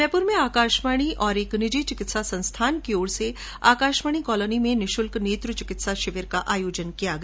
जयप्र में आकाशवाणी और एक निजी चिकित्सा संस्थान की ओर से आकाशवाणी कॉलोनी में आज निशुल्क नेत्र चिकित्सा शिविर का आयोजन किया गया